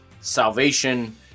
Salvation